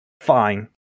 fine